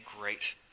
great